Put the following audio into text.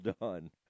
done